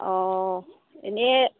অঁ এনেই